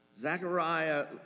Zechariah